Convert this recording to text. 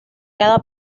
cada